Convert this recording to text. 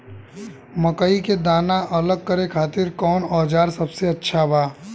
मकई के दाना अलग करे खातिर कौन औज़ार सबसे अच्छा बा?